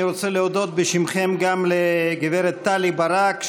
אני רוצה להודות בשמכם גם לגברת טלי ברק,